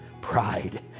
pride